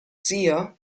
zio